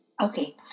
Okay